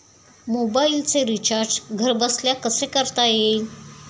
मोबाइलचे रिचार्ज घरबसल्या कसे करता येईल?